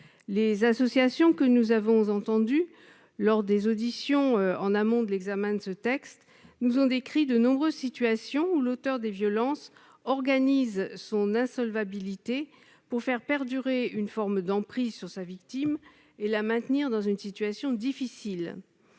des associations que nous avons entendus en amont de l'examen de ce texte nous ont décrit de nombreuses situations où l'auteur des violences organise son insolvabilité pour faire perdurer une forme d'emprise sur sa victime et la maintenir dans une situation difficile.